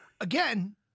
again